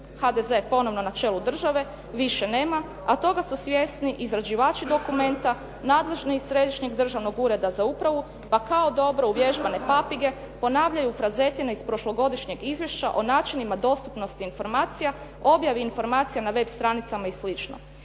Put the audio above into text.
HDZ ponovo na čelu države, više nema a toga su svjesni izrađivači dokumenta, nadležne iz Središnjeg državnog ureda za upravu pa kao dobro uvježbane papige ponavljaju frazetine iz prošlogodišnjeg izvješća o načinima dostupnosti informacija, objavi informacijama na web stranicama i